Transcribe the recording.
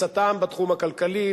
מקצתם בתחום הכלכלי,